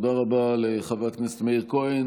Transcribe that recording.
תודה רבה לחבר הכנסת מאיר כהן.